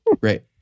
Great